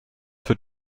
für